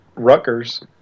Rutgers